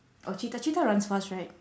or cheetah cheetah runs fast right